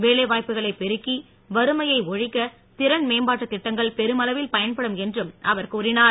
வேலைவாய்ப்புகளை பெருக்கி வறுமையை ஒழிக்க திறன் மே ம்பா ட்டுத் திட்டங்கள் பெருமள வில் பயன் படும் என்றும் அவ ர கூறினா ர